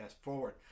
forward